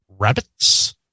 Rabbits